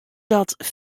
dat